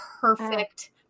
perfect